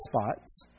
spots